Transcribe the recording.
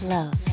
Love